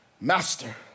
Master